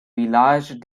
village